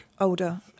Older